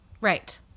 Right